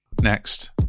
Next